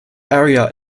area